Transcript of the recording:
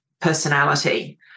personality